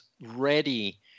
ready